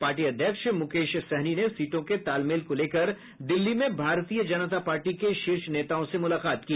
party अध्यक्ष मुकेश सहनी ने सीटों के तालमेल को लेकर दिल्ली में भारतीय जनता पार्टी के शीर्ष नेताओं से मुलाकात की